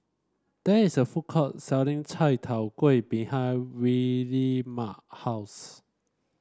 there is a food court selling Chai Tow Kway behind Williemae house